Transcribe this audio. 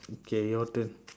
okay your turn